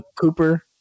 Cooper